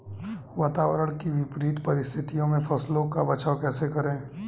वातावरण की विपरीत परिस्थितियों में फसलों का बचाव कैसे करें?